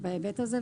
בהיבט הזה.